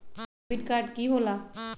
Debit card की होला?